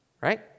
Right